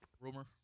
Rumor